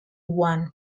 one